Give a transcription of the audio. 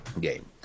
game